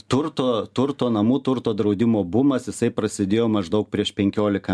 turto turto namų turto draudimo bumas jisai prasidėjo maždaug prieš penkiolika